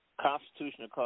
constitutional